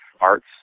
arts